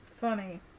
funny